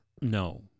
No